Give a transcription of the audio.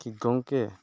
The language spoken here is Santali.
ᱠᱤ ᱜᱚᱢᱠᱮ